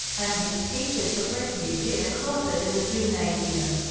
and his teacher took refuge in a closet in the gymnasium.